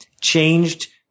changed